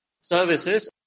services